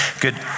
Good